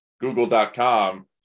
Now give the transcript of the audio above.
google.com